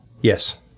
Yes